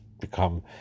become